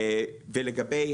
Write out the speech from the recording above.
ולגבי